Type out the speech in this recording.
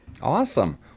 awesome